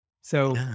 So-